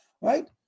Right